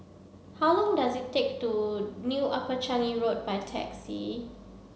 how long does it take to New Upper Changi Road by taxi